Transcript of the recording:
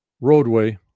roadway